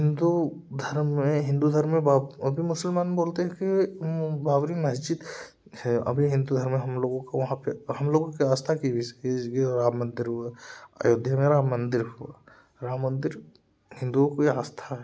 हिंदू धर्म में हिंदू धर्म में अभी मुसलमान बोलते हैं कि बाबरी मस्जिद है अभी इंतज़ार में हम लोगों को वहाँ पर हम लोगों की आस्था की राम मंदिर हुआ अयोध्या में राम मंदिर को राम मंदिर हिंदुओं की आस्था